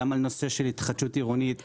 גם בנושא התחדשות עירונית,